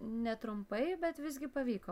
netrumpai bet visgi pavyko